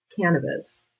cannabis